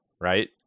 Right